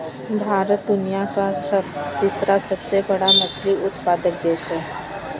भारत दुनिया का तीसरा सबसे बड़ा मछली उत्पादक देश है